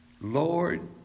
Lord